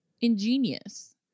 ingenious